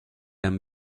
aime